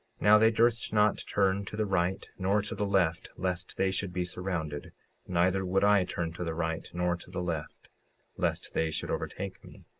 now they durst not turn to the right nor to the left lest they should be surrounded neither would i turn to the right nor to the left lest they should overtake me,